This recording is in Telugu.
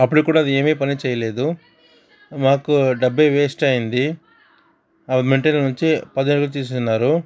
అప్పుడు కూడా అది ఏమీ పని చేయలేదు మాకు డబ్బే వేస్ట్ అయ్యింది ఆ మెటీరియల్ వచ్చి పదివేలు తీసున్నారు